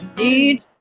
need